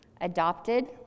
adopted